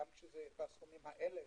גם כשזה בעשורים האלה,